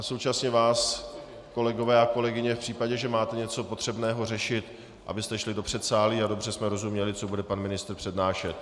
Současně vás, kolegyně a kolegové, v případě, že máte něco potřebného řešit, abyste šli do předsálí, abychom dobře rozuměli, co bude pan ministr přednášet.